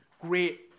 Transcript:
great